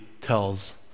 tells